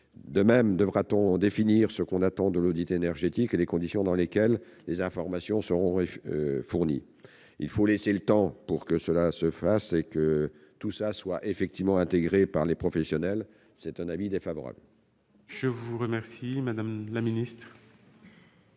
De même, il faudra définir ce qu'on attend de l'audit énergétique et les conditions dans lesquelles les informations seront fournies. Il faut laisser le temps que tout cela se fasse et soit intégré par les professionnels. Avis défavorable.